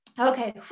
Okay